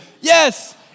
yes